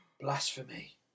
Blasphemy